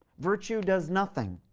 virtue does nothing.